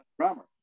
drummer